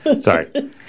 Sorry